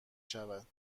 شود